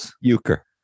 Euchre